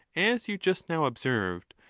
as you just now observed,